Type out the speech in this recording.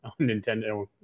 nintendo